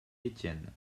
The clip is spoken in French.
etienne